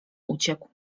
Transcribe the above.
uciekł